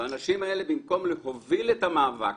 והאנשים האלה במקום להוביל את המאבק